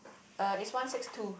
uh it's one six two